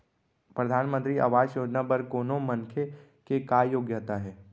परधानमंतरी आवास योजना बर कोनो मनखे के का योग्यता हे?